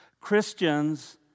Christians